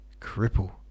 Cripple